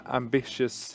ambitious